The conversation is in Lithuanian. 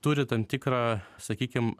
turi tam tikrą sakykim